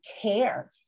care